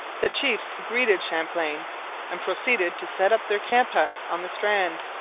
the chiefs greeted champlain and proceeded to set up their camp-huts on the strand.